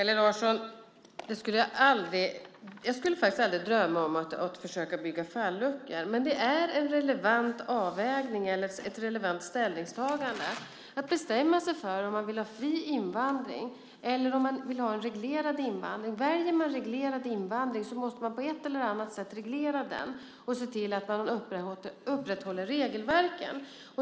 Herr talman! Jag skulle aldrig drömma om att försöka bygga falluckor, Kalle Larsson. Men det är ett relevant ställningstagande att bestämma sig för om man vill ha fri invandring eller om man vill ha en reglerad invandring. Väljer man reglerad invandring måste man på ett eller annat sätt reglera den och se till att man upprätthåller regelverken.